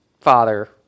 father